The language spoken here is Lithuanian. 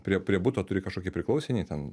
prie prie buto turi kažkokį priklausinį ten